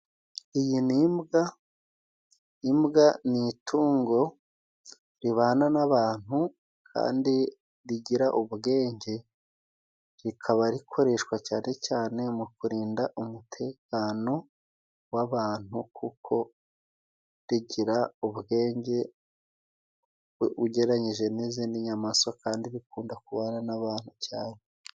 Iyi ni imbwa， imbwa ni itungo ribana n'abantu， kandi rigira ubwenge， rikaba rikoreshwa cyane cyane mu kurinda umutekano w'abantu， kuko rigira ubwenge ugereranyije n'izindi nyamaswa，kandi rikunda kubana n'abantu cyane.